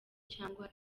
cyangwa